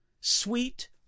sweet